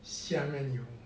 下面有